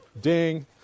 ding